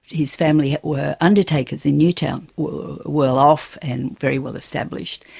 his family were undertakers in newtown, were well-off and very well established.